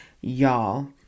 y'all